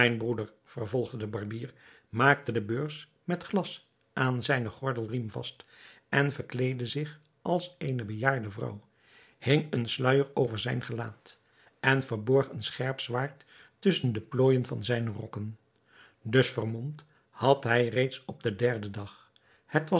vervolgde de barbier maakte de beurs met glas aan zijnen gordelriem vast verkleedde zich als eene bejaarde vrouw hing een sluijer over zijn gelaat en verborg een scherp zwaard tusschen de plooijen van zijne rokken dus vermomd had hij reeds op den derden dag